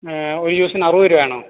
ഒരു ജ്യൂസിന് അറുപത് രൂപയാണോ